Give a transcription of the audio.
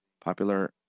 popular